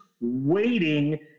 waiting